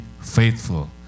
faithful